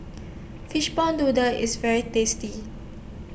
Fishball Noodle IS very tasty